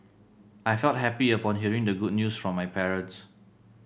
I felt happy upon hearing the good news from my parents